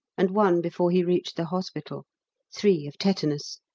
and one before he reached the hospital three of tetanus.